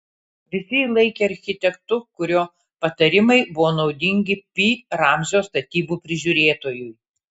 visi jį laikė architektu kurio patarimai buvo naudingi pi ramzio statybų prižiūrėtojui